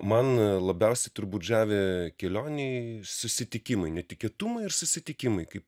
man labiausiai turbūt žavi kelionėj susitikimai netikėtumai ir susitikimai kaip